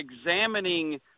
examining